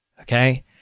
okay